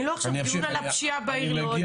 עכשיו זה לא דיון על הפשיעה בעיר לוד.